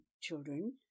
children